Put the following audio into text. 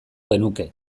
genuke